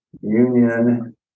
union